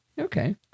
Okay